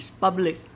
public